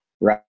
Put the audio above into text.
right